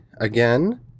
again